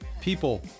people